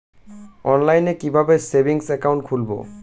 অনলাইনে কিভাবে savings account খুলবো?